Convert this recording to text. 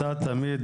תודה רבה.